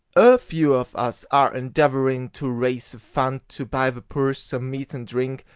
a few of us are endeavouring to raise a fund to buy the poor some meat and drink,